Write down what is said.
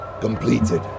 completed